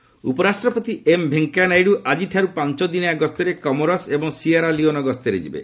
Naidu visit ଉପରାଷ୍ଟ୍ରପତି M Venkaiah Naidu ଆଜିଠାରୁ ପାଞ୍ଚଦିନିଆ ଗସ୍ତରେ କମୋରସ୍ ଏବଂ ସିଏରା ଲିଓନ ଗସ୍ତରେ ଯିବେ